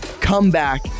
comeback